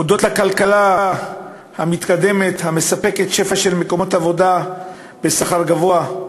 הודות לכלכלה המתקדמת המספקת שפע של מקומות עבודה בשכר גבוה.